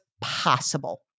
possible